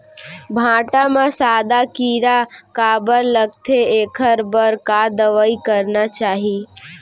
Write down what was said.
भांटा म सादा कीरा काबर लगथे एखर बर का दवई करना चाही?